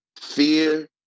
fear